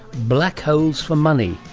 black holes for money.